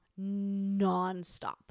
nonstop